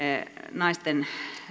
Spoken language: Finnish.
naisten